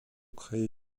créer